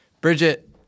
Bridget